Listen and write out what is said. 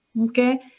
okay